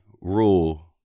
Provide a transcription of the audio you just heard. rule